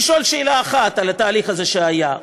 לשאול שאלה אחת על התהליך שהיה,